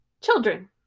children